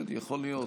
כן, יכול להיות.